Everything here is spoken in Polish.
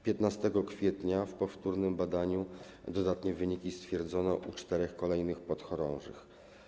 15 kwietnia w powtórnym badaniu dodatnie wyniki stwierdzono u 4 kolejnych podchorążych.